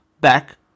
back